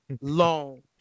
long